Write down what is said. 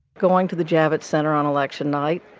going to the javits center on election night,